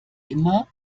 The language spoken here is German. immer